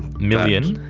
million?